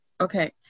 Okay